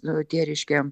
nu tie reiškia